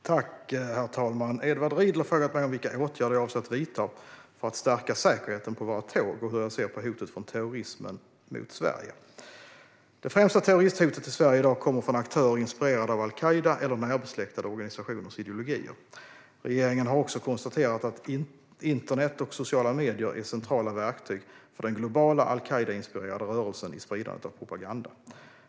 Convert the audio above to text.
Herr talman! Edward Riedl har frågat mig vilka åtgärder jag avser att vidta för att stärka säkerheten på våra tåg och hur jag ser på hotet från terrorismen mot Sverige. Det främsta terroristhotet i Sverige i dag kommer från aktörer inspirerade av al-Qaida eller närbesläktade organisationers ideologier. Regeringen har också konstaterat att internet och sociala medier är centrala verktyg för den globala al-Qaidainspirerade rörelsen i spridandet av propaganda.